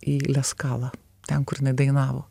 į leskalą ten kur jinai dainavo